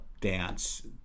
dance